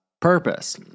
purpose